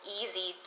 easy